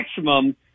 maximum